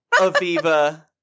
Aviva